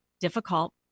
difficult